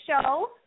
show